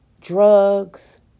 drugs